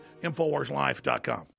InfoWarsLife.com